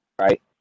right